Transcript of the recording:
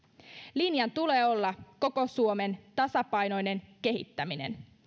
linjan tulee olla koko suomen tasapainoinen kehittäminen